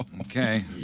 Okay